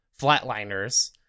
Flatliners